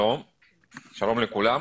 שלום ובוקר טוב לכולם.